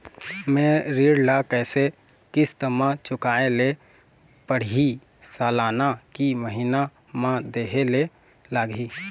मोर ऋण ला कैसे किस्त म चुकाए ले पढ़िही, सालाना की महीना मा देहे ले लागही?